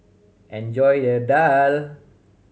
enjoy your daal